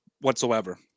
whatsoever